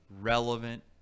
relevant